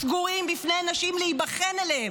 סגורים בפני נשים להיבחן אליהם.